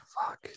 Fuck